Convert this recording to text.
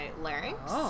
larynx